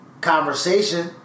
conversation